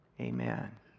Amen